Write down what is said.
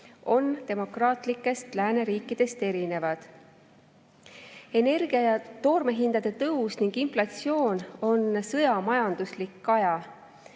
on demokraatlikest lääneriikidest erinevad. Energia ja toorme hindade tõus ning inflatsioon on sõja majanduslik kaja.